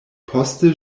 poste